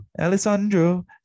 Alessandro